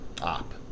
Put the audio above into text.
op